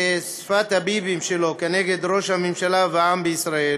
ששפת הביבים שלו כנגד ראש הממשלה והעם בישראל